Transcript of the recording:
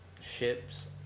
ships